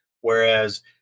Whereas